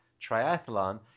triathlon